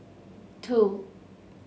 two